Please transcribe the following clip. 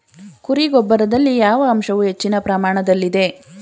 ಕುರಿ ಗೊಬ್ಬರದಲ್ಲಿ ಯಾವ ಅಂಶವು ಹೆಚ್ಚಿನ ಪ್ರಮಾಣದಲ್ಲಿದೆ?